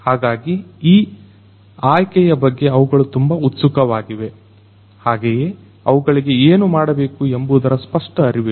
ಹಾಗಾಗಿ ಈ ಆಯ್ಕೆಯ ಬಗ್ಗೆ ಅವುಗಳು ತುಂಬಾ ಉತ್ಸುಕವಾಗಿವೆ ಹಾಗೆಯೇ ಅವುಗಳಿಗೆ ಏನು ಮಾಡಬೇಕು ಎಂಬುದರ ಸ್ಪಷ್ಟ ಅರಿವಿಲ್ಲ